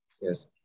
Yes